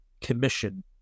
commission